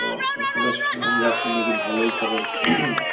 তো আপনার কথা শুনলাম যে আপনি নাকি ভালোই করেন